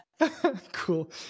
cool